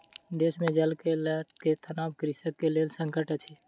देश मे जल के लअ के तनाव कृषक के लेल संकट अछि